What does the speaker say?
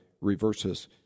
reverses